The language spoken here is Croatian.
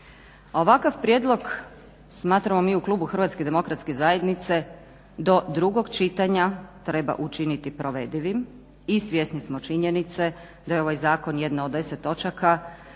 Ovakav prijedlog smatramo mi u klubu HDZ do drugog čitanja treba učiniti provedivim i svjesni smo činjenice da je ovaj zakon jedna od deset točaka